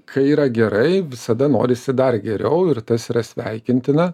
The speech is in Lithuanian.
kai yra gerai visada norisi dar geriau ir tas yra sveikintina